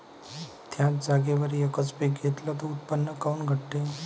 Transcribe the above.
थ्याच जागेवर यकच पीक घेतलं त उत्पन्न काऊन घटते?